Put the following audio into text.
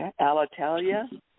Alitalia